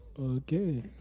Okay